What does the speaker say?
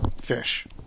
Fish